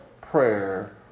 prayer